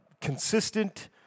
consistent